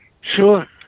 Sure